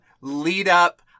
lead-up